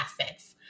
assets